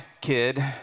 kid